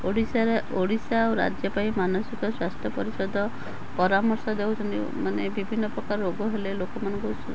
ଓଡ଼ିଶାର ଓଡ଼ିଶା ଓ ରାଜ୍ୟ ପାଇଁ ମାନସିକ ସ୍ୱାସ୍ଥ୍ୟ ପରିଷଦ ପରାମର୍ଶ ଦେଉଛନ୍ତି ଓ ମାନେ ବିଭିନ୍ନ ପ୍ରକାର ରୋଗ ହେଲେ ଲୋକମାନଙ୍କୁ